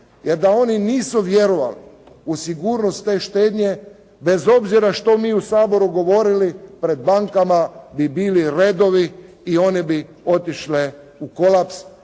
jer da oni nisu vjerovali u sigurnost te štednje bez obzira što mi u Saboru govorili pred bankama bi bili redovi i one bi otišle u kolaps